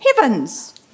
heavens